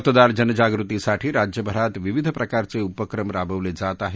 मतदार जनजागृतीसाठी राज्यभरात विविध प्रकारचे उपक्रम राबवले जात आहेत